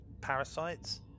parasites